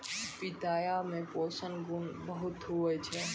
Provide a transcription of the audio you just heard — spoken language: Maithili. पिताया मे पोषण गुण बहुते हुवै छै